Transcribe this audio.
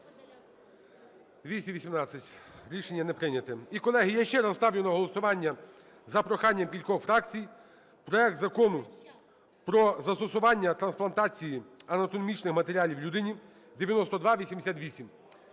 За-218 Рішення не прийнято. І, колеги, я ще раз ставлю на голосування, за проханням кількох фракцій, проект Закону про застосування трансплантації анатомічних матеріалів людині (9284).